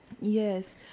yes